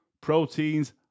proteins